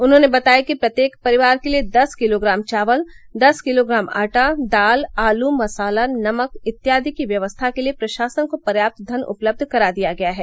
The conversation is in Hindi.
उन्होंने बताया कि प्रत्येक परिवार के लिए दस किलोग्राम चावल दस किलोग्राम आटा दाल आलू मसाला नमक इत्यादि की व्यवस्था के लिए प्रशासन को पर्यात धन उपलब्ध करा दिया गया है